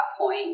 point